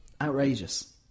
Outrageous